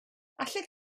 allet